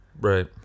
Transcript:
right